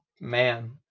man